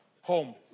home